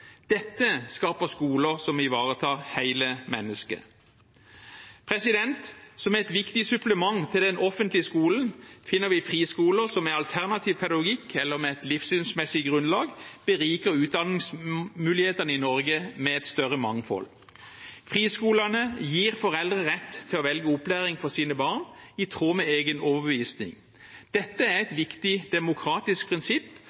Dette skaper skoler som ivaretar hele mennesket. Som et viktig supplement til den offentlige skolen finner vi friskoler som med alternativ pedagogikk eller et livsynsmessig grunnlag beriker utdanningsmulighetene i Norge med et større mangfold. Friskolene gir foreldre rett til å velge opplæring for sine barn i tråd med egen overbevisning. Dette er et viktig demokratisk prinsipp